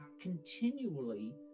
continually